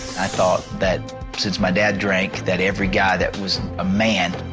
i thought that since my dad drank that every guy that was a man,